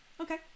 Okay